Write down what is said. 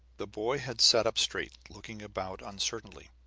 the boy had sat up straight, looking about uncertainly.